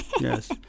Yes